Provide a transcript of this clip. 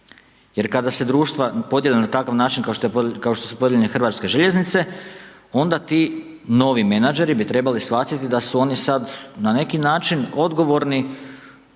jer kada se društva podijele na takav način kao što su podijeljene HŽ, onda ti novi menadžeri bi trebali shvatiti da su oni sad, na neki način odgovorni,